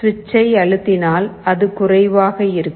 சுவிட்ச்சை அழுத்தினால் அது குறைவாக இருக்கும்